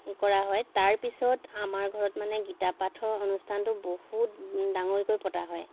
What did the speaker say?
কৰা হয় তাৰপিছত আমাৰ ঘৰত মানে গীতা পাঠৰ অনুষ্ঠানটো বহুত ডাঙৰকৈ পতা হয়